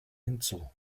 hinzu